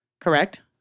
correct